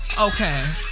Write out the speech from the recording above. Okay